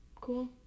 Cool